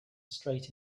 straight